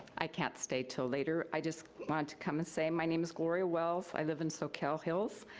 i can't stay till later. i just wanted to come and say my name is gloria wells. i live in socal hills,